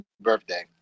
birthday